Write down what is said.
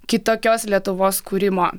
kitokios lietuvos kūrimo